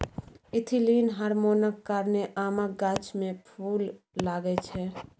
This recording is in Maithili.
इथीलिन हार्मोनक कारणेँ आमक गाछ मे फुल लागय छै